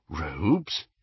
Robes